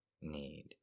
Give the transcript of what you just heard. need